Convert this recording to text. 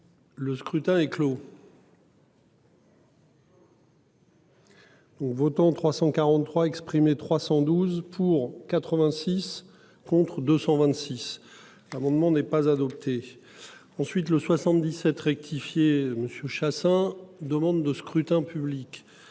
Le scrutin est clos. Votants 343 exprimés, 312 pour 86 contre 226. Amendement n'est pas adopté. Ensuite le 77 rectifié Monsieur Chassaing demande de scrutin public.